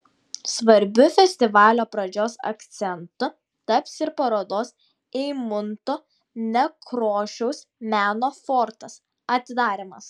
svarbiu festivalio pradžios akcentu taps ir parodos eimunto nekrošiaus meno fortas atidarymas